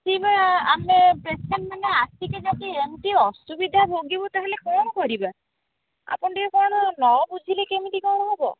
ସିଏ ବା ଆମେ ପେସେଣ୍ଟମାନେ ଆସିକି ଯଦି ଏମିତି ଅସୁବିଧା ଭୋଗିବୁ ତାହେଲେ କ'ଣ କରିବା ଆପଣମାନେ ଟିକିଏ କ'ଣ ନ ବୁଝିଲେ କେମିତି କ'ଣ ହବ